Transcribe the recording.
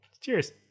Cheers